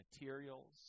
materials